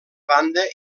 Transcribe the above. banda